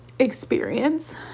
experience